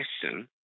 question